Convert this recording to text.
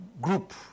group